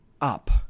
up